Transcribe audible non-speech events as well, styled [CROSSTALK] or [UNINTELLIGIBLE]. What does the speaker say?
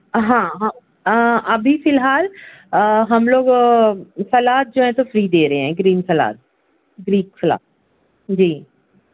ہاں ہاں ابھی فی الحال ہم لوگ سلاد جو ہے تو فری دے رہے ہیں گرین سلاد [UNINTELLIGIBLE] جی